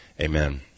amen